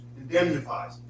indemnifies